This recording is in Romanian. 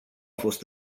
fost